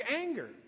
anger